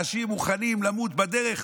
אנשים מוכנים למות בדרך,